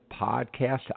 podcast